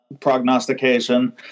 prognostication